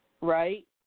right